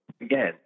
Again